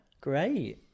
Great